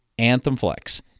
Anthemflex